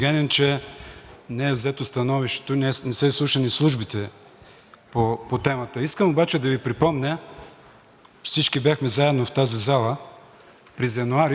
всички бяхме заедно в тази зала през януари, когато няколко дни преди започване на войната изслушвахме на закрито заседание службите. Те какво ни казаха?